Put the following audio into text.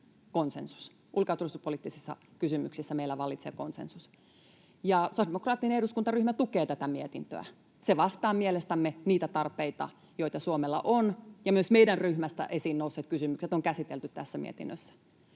turvallisuuspoliittisissa kysymyksissä meillä vallitsee konsensus. Sosiaalidemokraattinen eduskuntaryhmä tukee tätä mietintöä. Se vastaa mielestämme niitä tarpeita, joita Suomella on, ja myös meidän ryhmästä esiin nousseet kysymykset on käsitelty tässä mietinnössä.